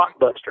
blockbuster